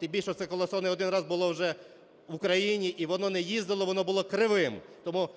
тим більше це колесо не один раз було вже в Україні, і воно не їздило, воно було кривим. Тому